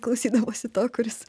klausydavosi to kuris